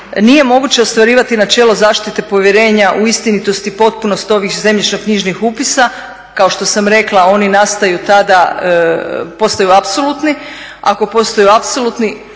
nije moguće ostvarivati načelo zaštite povjerenja u istinitost i potpunost ovih zemljišno-knjižnih upisa, kao što sam rekla, oni nastaju tada, postaju apsolutni, ako postaju apsolutni